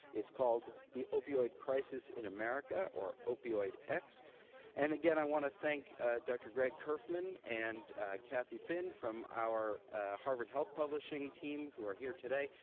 it's called the opioid crisis in america, or opioidx. and again, i want to thank dr. greg curfman and cathy finn from our harvard health publishing team who are here today,